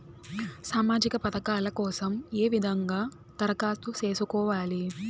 సామాజిక పథకాల కోసం ఏ విధంగా దరఖాస్తు సేసుకోవాలి